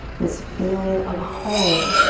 this feeling of home.